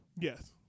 Yes